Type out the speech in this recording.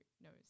knows